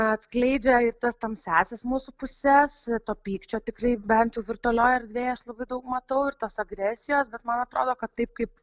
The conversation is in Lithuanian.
atskleidžia ir tas tamsiąsias mūsų puses to pykčio tikrai bent jau virtualioj erdvėj aš labai daug matau ir tos agresijos bet man atrodo kad taip kaip